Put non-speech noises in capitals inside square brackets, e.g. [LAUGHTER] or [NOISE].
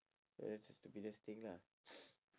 so that's your stupidest thing lah [NOISE]